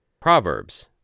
Proverbs